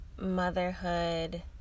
motherhood